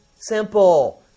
simple